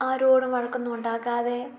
ആരോടും വഴക്കൊന്നും ഉണ്ടാക്കാതെ